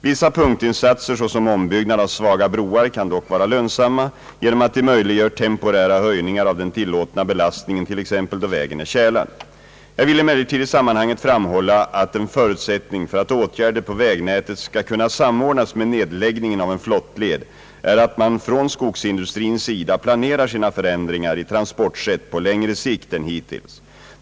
Vissa punktinsatser såsom ombyggnad av svaga broar kan dock vara lönsamma, genom att de möjliggör temporära höjningar av den tillåtna belastningen t.ex. då vägen är tjälad. Jag vill emellertid i sammanhanget framhålla att en förutsättning för att åtgärder på vägnätet skall kunna samordnas med nedläggningen av en flottled är att man från skogsindustrins sida planerar sina förändringar i transportsätt på längre sikt än hittills.